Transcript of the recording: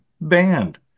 band